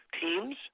teams